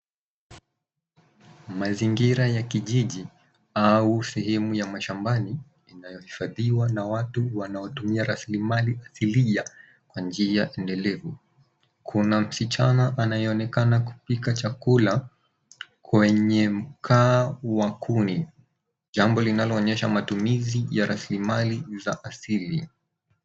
Mazingira ya kijiji au sehemu ya mashambani yanayohifadhiwa na watu wanaotumia mali asilia kwa njia endelevu. Kuna msichana anayeonekana kupika chakula kwenye mkao wa kuni jambo linaloonyesha matumizi ya rasilimali za asili.